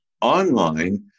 online